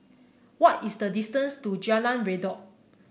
why is the distance to Jalan Redop